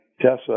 Tessa